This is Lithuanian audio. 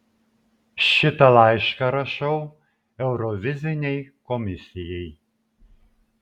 šitą laišką rašau eurovizinei komisijai